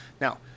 Now